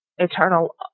eternal